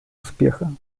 успеха